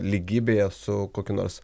lygybėje su kokiu nors